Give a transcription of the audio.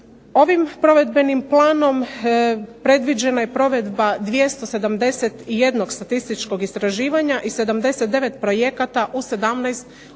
Ovim provedbenim planom predviđena je provedba 271 statističkog istraživanja i 79 projekata u 17